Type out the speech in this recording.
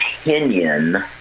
opinion